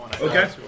Okay